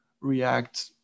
react